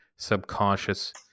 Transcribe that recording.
subconscious